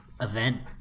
event